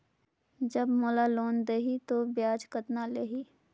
जब मोला लोन देही तो ब्याज कतना लेही?